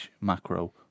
macro